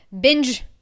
binge-